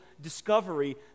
discovery